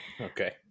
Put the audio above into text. Okay